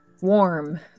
warm